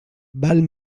val